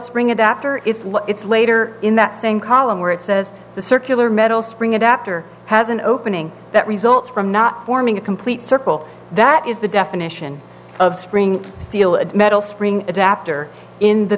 spring adapter is law it's later in that same column where it says the circular metal spring adapter has an opening that results from not forming a complete circle that is the definition of spring steel a metal spring adapter in the